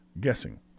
guessing